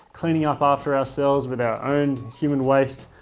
cleaning up after ourselves with our own human waste,